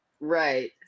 Right